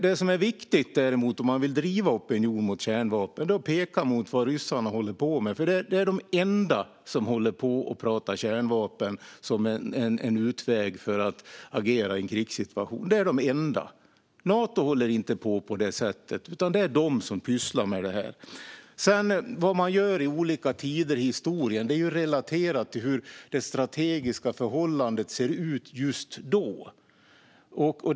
Det som däremot är viktigt om man vill driva opinion mot kärnvapen är att peka på vad ryssarna håller på med, för de är de enda som pratar om kärnvapen som en utväg när det gäller att agera i en krigssituation. Nato håller inte på så, utan det är ryssarna som pysslar med det. Vad man gör i olika tider i historien är ju relaterat till hur det strategiska förhållandet ser ut just då.